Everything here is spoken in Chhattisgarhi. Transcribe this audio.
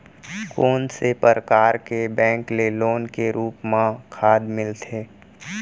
कोन से परकार के बैंक ले लोन के रूप मा खाद मिलथे?